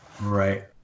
Right